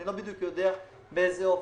אני לא בדיוק יודע באיזה אופן,